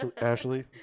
Ashley